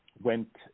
went